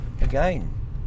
Again